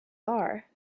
are